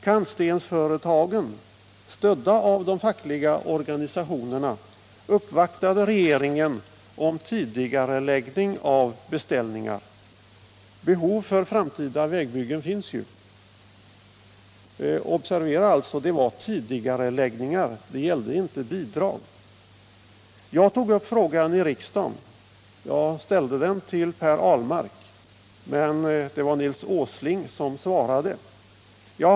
Kantstensföretagen, stödda av de fackliga organisationerna, uppvaktade regeringen om tidigareläggning av beställningar. Behov finns ju för framtida vägbyggen. Observera att det gällde tidigareläggning, inte bidrag. Jag tog upp frågan i riksdagen — jag ställde den till Per Ahlmark men det var Nils Åsling som svarade.